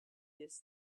this